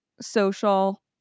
social